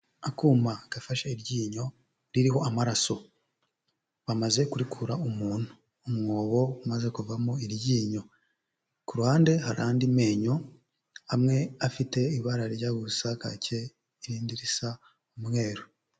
Akuma gafashe iryinyo ririho amaraso, bamaze kurikura umuntu, umwobo umaze kuvamo iryinyo. Ku ruhande hari andi menyo, amwe afite ibara rijya gusa kake, irindi risa umweru.